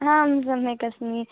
आं सम्यगस्मि